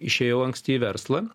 išėjau anksti į verslą